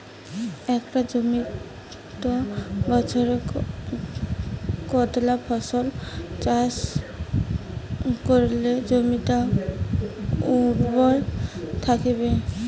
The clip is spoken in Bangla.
একটা জমিত বছরে কতলা ফসল চাষ করিলে জমিটা উর্বর থাকিবে?